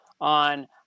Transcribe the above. on